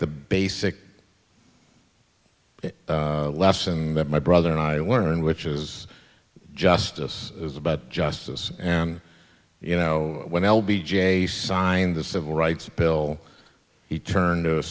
the basic lesson that my brother and i learned which is justice is about justice and you know when l b j signed the civil rights bill he turned